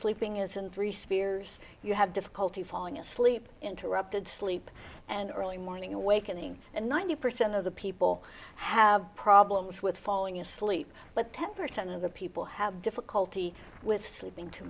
sleeping is in three spears you have difficulty falling asleep interrupted sleep and early morning awakening and ninety percent of the people have problems with falling asleep but ten percent of the people have difficulty with sleeping too